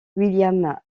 william